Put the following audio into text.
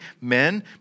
men